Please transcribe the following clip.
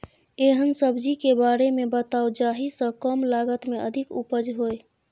एहन सब्जी के बारे मे बताऊ जाहि सॅ कम लागत मे अधिक उपज होय?